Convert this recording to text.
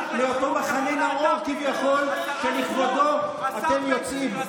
וזו בושה לאותו מחנה נאור כביכול שלכבודו אתם יוצאים.